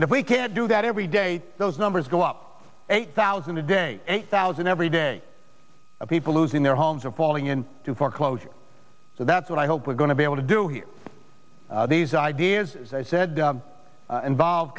and if we can't do that every day those numbers go up eight thousand a day eight thousand every day people losing their homes or falling into foreclosure so that's what i hope we're going to be able to do here these ideas i said involve